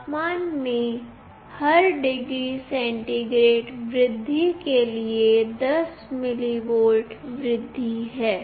तापमान में हर डिग्री सेंटीग्रेड वृद्धि के लिए 10 mV वृद्धि है